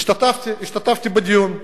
השתתפתי בדיון.